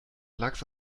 lachs